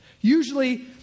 Usually